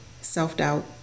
self-doubt